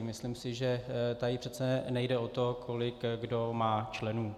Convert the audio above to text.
Myslím si, že tady přece nejde o to, kolik kdo má členů.